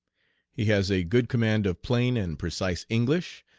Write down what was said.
he has a good command of plain and precise english,